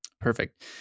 Perfect